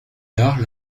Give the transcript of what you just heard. tard